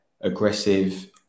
aggressive